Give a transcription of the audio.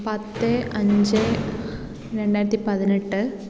പത്ത് അഞ്ച് രണ്ടായിരത്തി പതിനെട്ട്